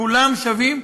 כולם שווים,